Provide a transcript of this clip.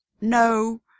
No